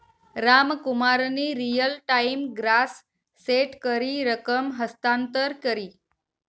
रामकुमारनी real time gross set करी रकम हस्तांतर करी